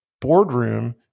boardroom